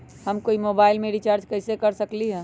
हम कोई मोबाईल में रिचार्ज कईसे कर सकली ह?